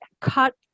cut